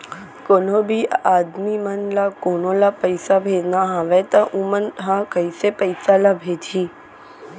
कोन्हों भी आदमी मन ला कोनो ला पइसा भेजना हवय त उ मन ह कइसे पइसा ला भेजही?